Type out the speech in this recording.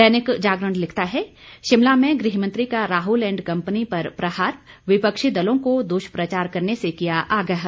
दैनिक जागरण लिखता है शिमला में गृहमंत्री का राहुल एंड कपंनी पर प्रहार विपक्षी दलों को दुष्प्रचार करने से किया आगाह